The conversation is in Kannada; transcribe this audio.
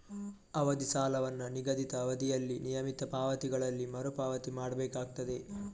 ಅವಧಿ ಸಾಲವನ್ನ ನಿಗದಿತ ಅವಧಿಯಲ್ಲಿ ನಿಯಮಿತ ಪಾವತಿಗಳಲ್ಲಿ ಮರು ಪಾವತಿ ಮಾಡ್ಬೇಕಾಗ್ತದೆ